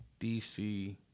DC